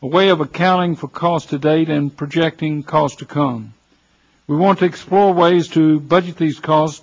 the way of accounting for cost to date and projecting calls to come we want to explore ways to budget these calls